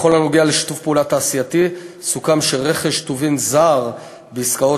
בכל הקשור לשיתוף פעולה תעשייתי סוכם שרכש טובין זר בעסקאות